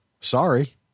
Sorry